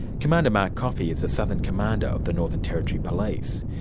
commander mark coffey is the southern commander of the northern territory police.